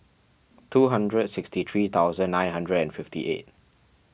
two hundred sixty three thousand nine hundred and fifty eight